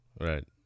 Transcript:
Right